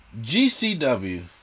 GCW